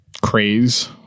craze